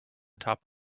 top